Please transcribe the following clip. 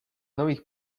nových